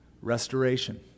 restoration